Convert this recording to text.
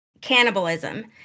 cannibalism